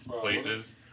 places